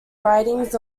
writings